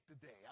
today